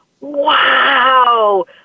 Wow